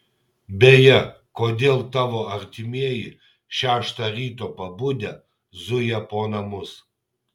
beje kodėl tavo artimieji šeštą ryto pabudę zuja po namus